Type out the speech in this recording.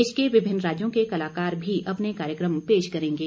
देश के विभिन्न राज्यों के कलाकार भी अपने कार्यक्रम पेश करेंगे